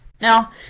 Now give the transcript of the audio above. Now